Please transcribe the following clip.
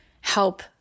help